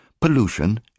pollution